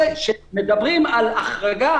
כשמדברים על החרגה,